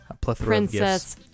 princess